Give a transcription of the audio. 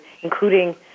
including